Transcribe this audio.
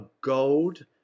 gold